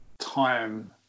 time